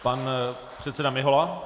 Pan předseda Mihola.